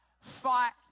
fight